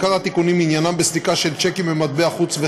עיקר התיקונים עניינם סליקה של שיקים במטבע חוץ,